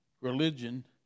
religion